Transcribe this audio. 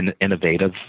innovative